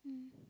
mm